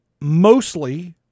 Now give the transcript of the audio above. mostly